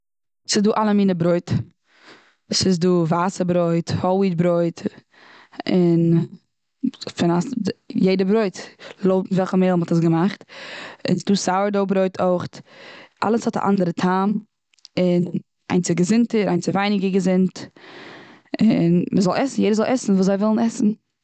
ס'איז דא אלע מיני ברויט. ס'איז דא ווייסע ברויט, הויל וויט ברויט, און פון א יעדע ברויט לויט וויאזוי מ'האט עס געמאכט. און ס'איז דא סאוער ברויט אויך, אלעס האט א אנדערע טעם און איינס איז געזונטער, איינס איז ווייניגער געזונט, און מ'זאל עסן ,יעדער זאל עסן וואס זיי ווילן עסן.